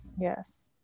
Yes